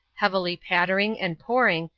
heavily pattering, and pouring,